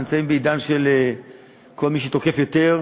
אנחנו נמצאים בעידן שכל מי שתוקף יותר,